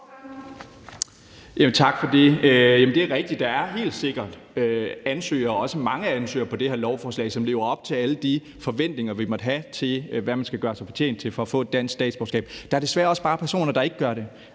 Tak for det. Det er rigtigt, at der helt sikkert er ansøgere, også mange ansøgere, på det her lovforslag, som lever op til alle de forventninger, vi måtte have til, hvad man skal gøre sig fortjent til for at få et dansk statsborgerskab. Der er desværre også bare personer, der ikke gør det.